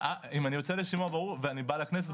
אם אני יוצא לשימוע ואני בא לכנסת,